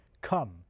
Come